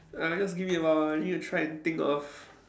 uh just give me a while I need to try and think of